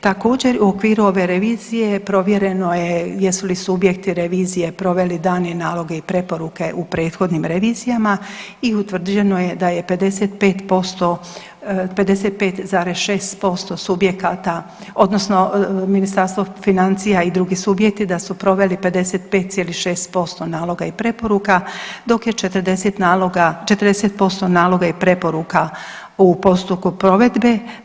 Također i u okviru ove revizije provjereno je jesu li subjekti revizije proveli dane naloge i preporuke u prethodnim revizijama i utvrđeno je da je 55%, 55,6% subjekata odnosno Ministarstvo financija i drugi subjekti da su proveli 55,6% naloga i preporuka dok je 40 naloga, 40% naloga i preporuka u postupku provedbe.